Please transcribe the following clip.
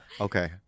Okay